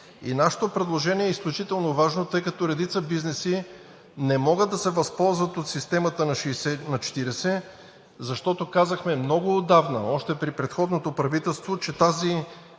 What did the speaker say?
Нашето предложение е изключително важно, тъй като редица бизнеси не могат да се възползват от системата 60/40, защото казахме много отдавна, още при предходното правителство, че тази